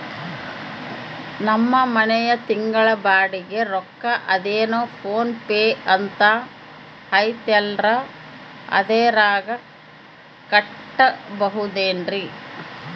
ನಮ್ಮ ಮನೆಯ ತಿಂಗಳ ಬಾಡಿಗೆ ರೊಕ್ಕ ಅದೇನೋ ಪೋನ್ ಪೇ ಅಂತಾ ಐತಲ್ರೇ ಅದರಾಗ ಕಟ್ಟಬಹುದೇನ್ರಿ?